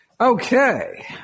Okay